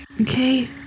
Okay